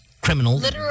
criminals